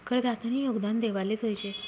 करदातानी योगदान देवाले जोयजे